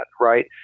right